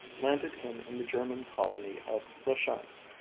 landed him in the german colony of la chance,